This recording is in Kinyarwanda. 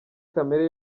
kamere